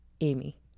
Amy